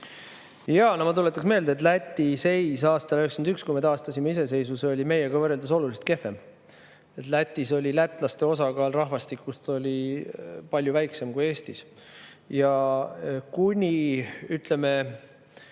Jaa, ma tuletan meelde, et Läti seis aastal 1991, kui me taastasime iseseisvuse, oli meiega võrreldes oluliselt kehvem. Lätis oli lätlaste osakaal rahvastikust palju väiksem kui Eestis. Ja laias laastus